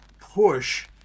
push